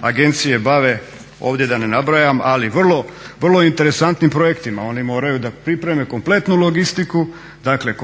agencije bave ovdje da ne nabrajam, ali vrlo interesantnim projektima. Oni moraju da pripreme kompletnu logistiku, dakle